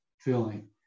feeling